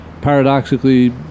paradoxically